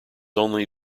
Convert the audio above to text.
only